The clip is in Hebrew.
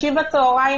שישי בצוהריים